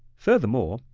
furthermore,